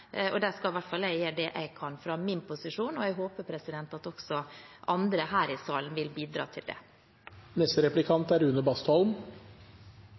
skal i hvert fall jeg, fra min posisjon, gjøre det jeg kan. Jeg håper at også andre her i salen vil bidra til det. Jeg har lyttet med interesse og er